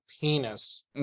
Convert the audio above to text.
penis